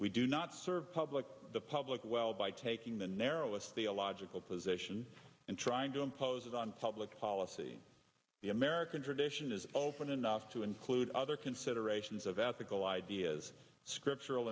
we do not serve the public the public well by taking the narrowest theological position and trying to impose it on public policy the american tradition is open enough to include other considerations of ethical ideas scriptural